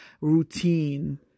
routine